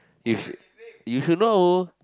if if you know